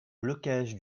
blocage